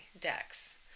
decks